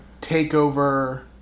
takeover